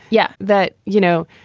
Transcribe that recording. yeah. that, you know,